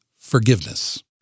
forgiveness